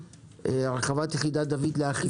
הרחבת יחידת דוד לאכיפה.